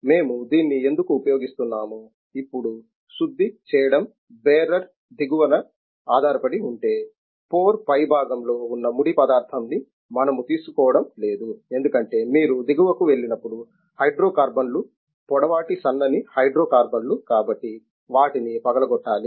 మేము దీన్ని ఎందుకు ఉపయోగిస్తున్నామో ఇప్పుడు శుద్ధి చేయడం బేరర్ దిగువన ఆధారపడి ఉంటే పొర పైభాగంలో ఉన్న ముడి ఫాదార్థం ని మనము తీసుకోవడం లేదు ఎందుకంటే మీరు దిగువకు వెళ్ళినప్పుడు హైడ్రో కార్బన్లు పొడవాటి సన్నని హైడ్రో కార్బన్లు కాబట్టి వాటిని పగలగొట్టాలి